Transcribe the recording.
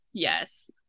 Yes